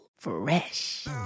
fresh